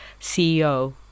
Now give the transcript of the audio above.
CEO